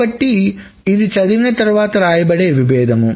కాబట్టి ఇది చదివిన తర్వాత వ్రాయబడే విభేదం